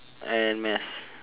and mass